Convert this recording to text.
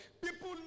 People